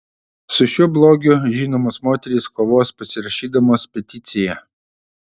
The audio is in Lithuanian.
su šiuo blogiu žinomos moterys kovos pasirašydamos peticiją